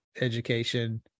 education